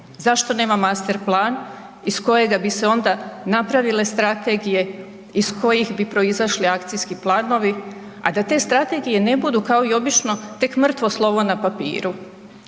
zašto nema master plan iz kojega bi se onda napravile strategije ih kojih bi proizašli akcijski planovi, a da te strategije ne budu kao i obično tek mrtvo slovo na papiru.